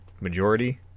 majority